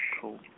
cool